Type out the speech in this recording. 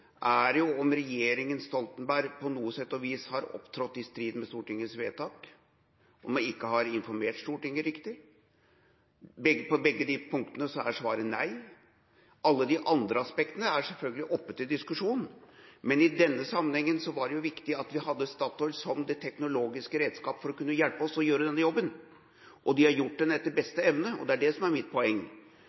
sine CO2-utslipp. Jo, det mener jeg at man kan. Men om det var aktuelt i denne sammenhengen, skal jeg ikke ha sagt noe om her. Det som var intensjonen i den saka vi har til behandling, var å se om regjeringa Stoltenberg på noe sett og vis har opptrådt i strid med Stortingets vedtak, om den ikke har informert Stortinget riktig. På begge disse punktene er svaret nei. Alle de andre aspektene er selvfølgelig oppe til diskusjon, men i denne sammenhengen var det viktig at vi hadde Statoil som det teknologiske redskap for å kunne